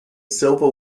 silver